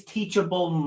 Teachable